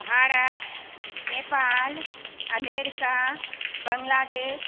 Bharat Nepal America Bangladesh